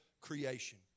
creation